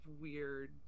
weird